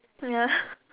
ya